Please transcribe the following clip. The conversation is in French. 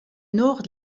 nord